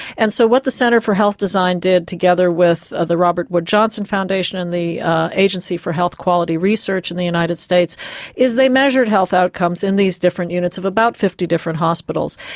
and so what the centre for health design did together with the robert wood johnson foundation and the ah agency for health quality research in the united states is they measured health outcomes in these different units of about fifty different hospitals.